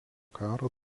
karo